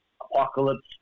apocalypse